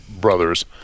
brothers